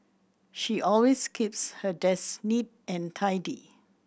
she always keeps her desk neat and tidy